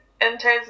enters